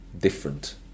different